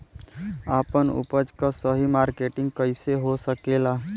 आपन उपज क सही मार्केटिंग कइसे हो सकेला?